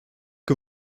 que